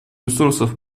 ресурсов